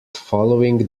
following